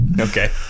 Okay